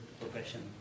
profession